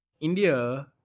india